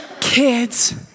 Kids